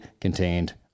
contained